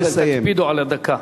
תקפידו על הדקה.